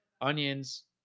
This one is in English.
onions